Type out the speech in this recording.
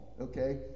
okay